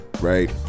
right